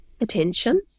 attention